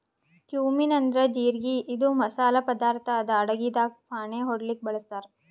cumin ಅಂದ್ರ ಜಿರಗಿ ಇದು ಮಸಾಲಿ ಪದಾರ್ಥ್ ಅದಾ ಅಡಗಿದಾಗ್ ಫಾಣೆ ಹೊಡ್ಲಿಕ್ ಬಳಸ್ತಾರ್